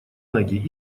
ноги